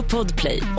Podplay